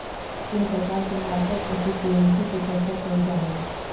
तीन प्रकार के मार्केट एफिशिएंसी के चर्चा कैल जा हई